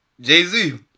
jay-z